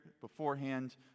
beforehand